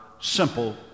simple